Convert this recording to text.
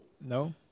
no